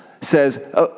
says